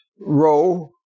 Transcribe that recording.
row